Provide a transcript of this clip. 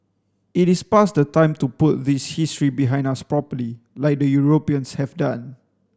it is past the time to put this history behind us properly like the Europeans have done